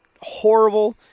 horrible